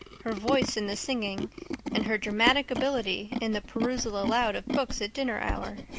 her voice in the singing and her dramatic ability in the perusal aloud of books at dinner hour.